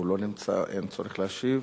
הוא לא נמצא, אין צורך להשיב.